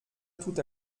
tout